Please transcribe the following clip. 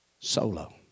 Solo